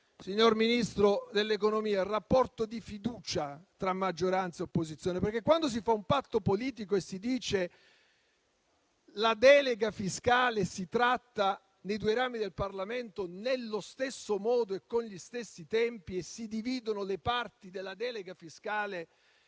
signor Ministro dell'economia, il rapporto di fiducia tra maggioranza e opposizione. Quando si fa un patto politico e si dice che la delega fiscale si tratta nei due rami del Parlamento nello stesso modo, con gli stessi tempi e si dividono le parti della delega fiscale